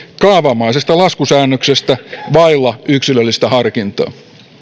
kaavamaisesta laskusäännöksestä vailla yksilöllistä harkintaa